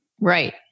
Right